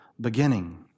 beginning